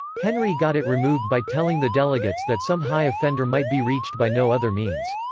henry got it removed by telling the delegates that some high offender might be reached by no other means.